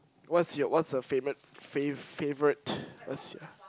what's your what's a favourite fave favourite